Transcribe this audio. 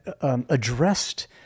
addressed